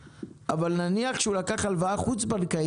אבל אנחנו רוצים לדבר על רכש דירות,